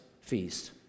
feast